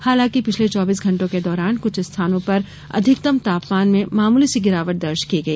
हालांकि पिछले चौबीस घण्टों के दौरान कुछ स्थानों पर अधिकतम तापमान में मामूली सी गिरावट दर्ज की गई